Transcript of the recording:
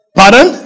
pardon